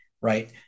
Right